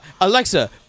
Alexa